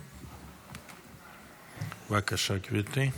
בבקשה, גברתי.